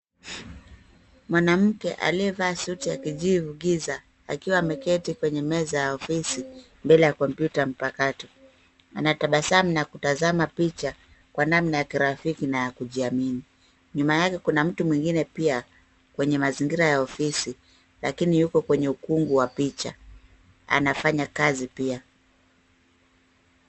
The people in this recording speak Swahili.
Mwanamke aliyevaaa suti ya kijivu giza akiwa ameketi kwenye meza ya ofisi mbele ya kompyuta mpakato anatabasamu na kutazama picha kwa namna ya kirafiki na ya kujiamini. Nyuma yake kuna mtu mwingine pia kwenye mazingira ya ofisi lakini yuko kwenye ukungu wa picha, anafanya kazi pia.